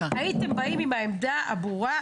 הייתם באים עם העמדה הברורה,